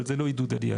אבל זה לא עידוד עלייה.